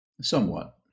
Somewhat